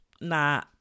Nah